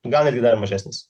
gal netgi dar mažesnis